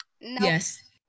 Yes